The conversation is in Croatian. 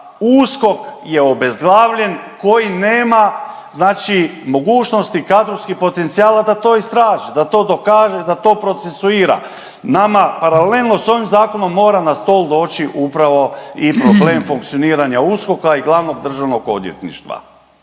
USKOK je obezglavljen koji nema znači mogućnosti, kadrovskih potencijala da to istraži, da to dokaže, da to procesuira. Nama paralelno sa ovim zakonom mora na stol doći upravo i problem funkcioniranja USKOK-a i glavnog državnog odvjetništva.